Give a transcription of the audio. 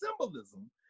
symbolism